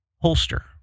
Holster